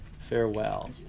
farewell